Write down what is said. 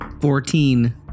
Fourteen